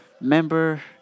member